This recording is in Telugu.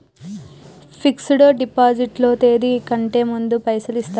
ఫిక్స్ డ్ డిపాజిట్ లో తేది కంటే ముందే పైసలు ఇత్తరా?